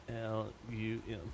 L-U-M